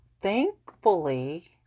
thankfully